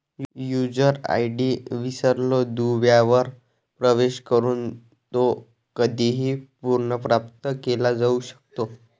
user ID विसरलो दुव्यावर प्रवेश करून तो कधीही पुनर्प्राप्त केला जाऊ शकतो